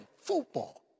football